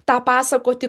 tą pasakoti